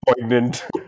poignant